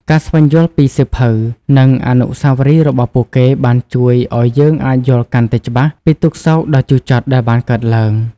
ការស្វែងយល់ពីសៀវភៅ និងអនុស្សាវរីយ៍របស់ពួកគេបានជួយឲ្យយើងអាចយល់កាន់តែច្បាស់ពីទុក្ខសោកដ៏ជូរចត់ដែលបានកើតឡើង។